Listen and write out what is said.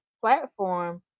platform